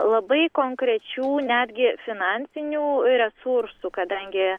labai konkrečių netgi finansinių resursų kadangi